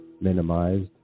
minimized